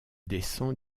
descend